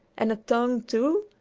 and a tongue, too,